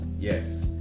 yes